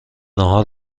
ناهار